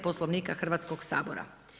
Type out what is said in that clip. Poslovnika Hrvatskoga sabora.